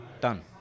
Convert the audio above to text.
Done